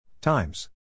Times